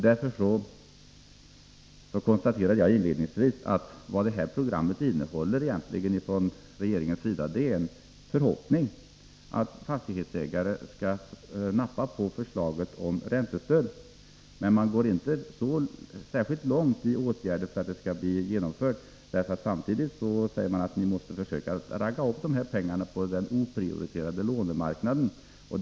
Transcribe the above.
Därför konstaterade jag inledningsvis att programmet egentligen innehåller en förhoppning från regeringens sida om att fastighetsägarna skall nappa på förslaget om räntestöd. Men regeringen går inte särskilt långt i det avseendet, eftersom det samtidigt sägs att fastighetsägarna måste försöka skaffa sig de här pengarna på den oprioriterade lånemarknaden.